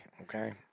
Okay